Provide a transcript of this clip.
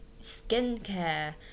skincare